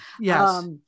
Yes